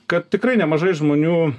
kad tikrai nemažai žmonių